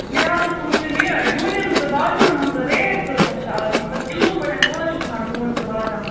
مےٚ حظ اوس وُچھُن یہِ ڈوٗنٮ۪ن تہٕ بادمَن ہٕنٛز ریٹ کۭژاہ چھِ اَز مطلب کِلوٗ پٲٹھۍ کوٗتاہ چھُ گژھان ڈوٗنۍ تہٕ بادام